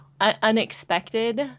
Unexpected